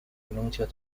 anuncios